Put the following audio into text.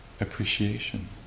appreciation